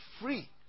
free